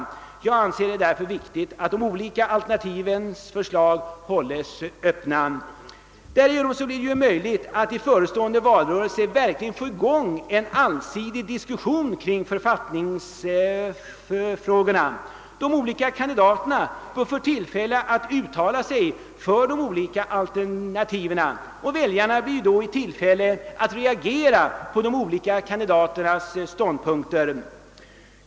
Jag anser det därför viktigt att olika alternativ hålles öppna. Därigenom blir det möjligt att i förestående valrörelse verkligen få i gång en allsidig diskussion kring författningsfrågorna. De olika kandidaterna bör få tillfälle att uttala sig beträffande respektive alternativ. Väljarna får då möjlighet att reagera på de olika kandidaternas ståndpunkter.